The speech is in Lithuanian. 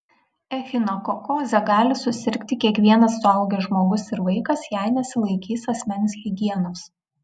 echinokokoze gali susirgti kiekvienas suaugęs žmogus ir vaikas jei nesilaikys asmens higienos